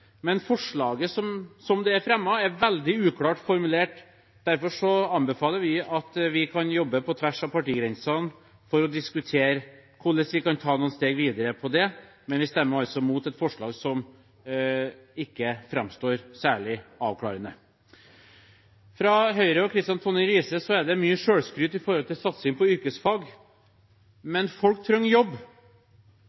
men forslaget, slik det er fremmet, er veldig uklart formulert. Derfor anbefaler vi at vi jobber på tvers av partigrensene for å diskutere hvordan vi kan ta noen steg videre. Men vi stemmer altså mot et forslag som ikke framstår særlig avklarende. Fra Høyre og Kristian Tonning Riise er det mye selvskryt om satsing på yrkesfag,